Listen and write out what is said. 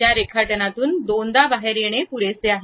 त्या रेखाटनेतून दोनदा बाहेर येणे पुरेसे आहे